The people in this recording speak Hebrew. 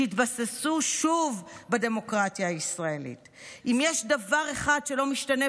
שהתבססו שוב בדמוקרטיה הישראלית"; "אם יש דבר אחד שלא משתנה,